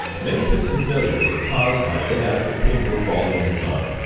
many piston failures are caused by inadequate pin bore quality and design.